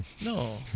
no